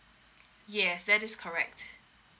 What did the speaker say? yes that is correct